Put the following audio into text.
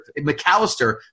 McAllister